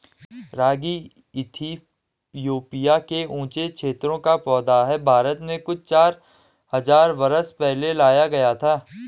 रागी Ethiopia के ऊँचे क्षेत्रों का पौधा है भारत में कुछ चार हज़ार बरस पहले लाया गया था